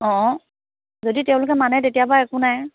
অ যদি তেওঁলোকে মানে তেতিয়া বাৰু একো নাই